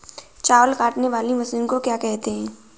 चावल काटने वाली मशीन को क्या कहते हैं?